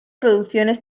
producciones